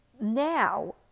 now